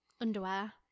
underwear